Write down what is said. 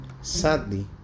Sadly